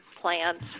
plans